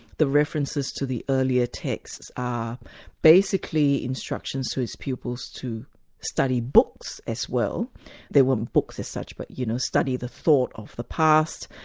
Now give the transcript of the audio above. the references to the earlier text are basically instructions to his pupils to study books as well they weren't books as such but you know, study the thought of the past.